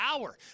hour